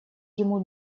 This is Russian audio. ему